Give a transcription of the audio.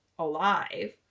Alive